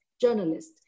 journalist